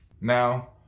Now